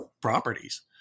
properties